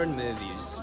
movies